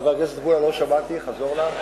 חבר הכנסת מולה, לא שמעתי, חזור נא.